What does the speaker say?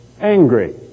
angry